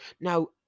Now